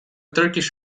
turkish